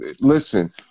listen